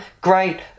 great